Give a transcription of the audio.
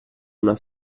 una